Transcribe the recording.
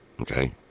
Okay